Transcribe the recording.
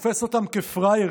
תופס אותם כפראיירים,